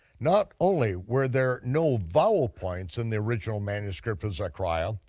not only were there no vowel points in the original manuscript of zechariah,